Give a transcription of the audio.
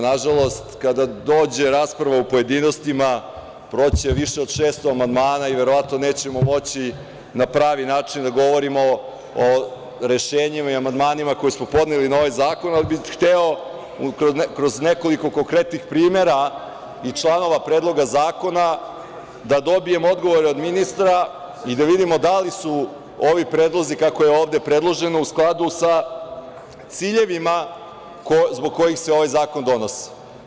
Nažalost, kada dođe rasprava u pojedinostima, proći će više od 600 amandmana i verovatno nećemo moći na pravi način da govorimo o rešenjima i amandmanima koje smo podneli na ovaj zakon. hteo bih kroz nekoliko konkretnih primera i članova predloga zakona da dobijem odgovore od ministra i da vidimo da li su ovi predlozi kako je ovde predloženo, u skladu sa ciljevima zbog kojih se ovaj zakon donosi.